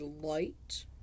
light